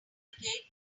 navigate